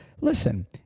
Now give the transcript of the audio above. listen